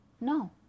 No